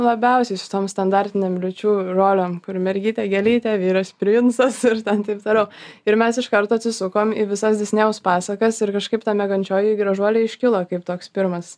labiausiai šitom standartinėm lyčių rolėm kur mergytė gėlytė vyras princas ir ten taip toliau ir mes iš karto atsisukom į visas disnėjaus pasakas ir kažkaip ta miegančioji gražuolė iškilo kaip toks pirmas